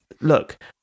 look